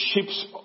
ships